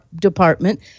Department